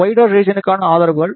wider ரீஜியனுக்கான ஆதரவுகள்